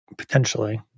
potentially